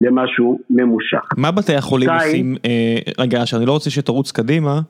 למשהו ממושך. מה בתי החולים עושים... שי... רגע, שאני לא רוצה שתרוץ קדימה.